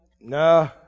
nah